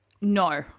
No